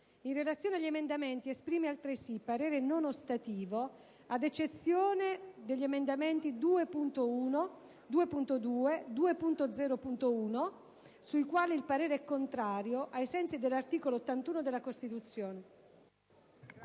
In relazione agli emendamenti, esprime, altresì, parere non ostativo ad eccezione che sugli emendamenti 2.1, 2.2 e 2.0.1, sui quali il parere è contrario, ai sensi dell'articolo 81 della Costituzione».